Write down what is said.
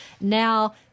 Now